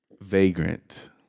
vagrant